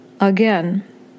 Again